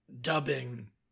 dubbing